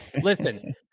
Listen